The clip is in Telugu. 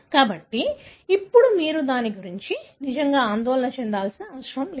కాబట్టి ఇప్పుడు మీరు దాని గురించి నిజంగా ఆందోళన చెందాల్సిన అవసరం లేదు